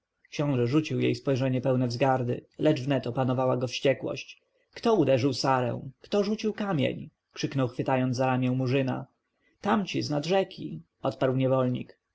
rzucił jej spojrzenie pełne wzgardy lecz wnet opanowała go wściekłość kto uderzył sarę kto rzucił kamień krzyknął chwytając za ramię murzyna tamci z nad rzeki odparł niewolnik